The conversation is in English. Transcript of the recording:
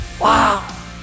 wow